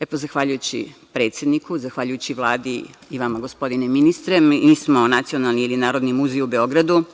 radi. Zahvaljujući predsedniku, zahvaljujući Vladi i vama gospodine ministre, mi smo Nacionalni ili Narodni muzej u Beogradu